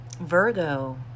Virgo